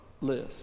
list